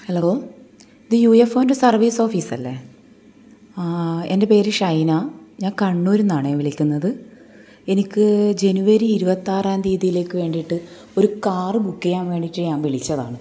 hello ഇത് U F ഒൻ്റെ service ഓഫീസല്ലേ എൻ്റെ പേര് ഷൈന ഞാൻ കണ്ണൂരിൽനിന്നാണേ വിളിക്കുന്നത് എനിക്ക് ജനുവരി ഇരുപത്തിയാറാം തിയ്യതിയിലേക്ക് വേണ്ടിയിട്ട് ഒരു കാർ ബുക്ക് ചെയ്യാൻ വേണ്ടിയിട്ട് ഞാൻ വിളിച്ചതാണ്